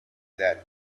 that